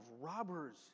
robbers